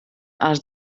els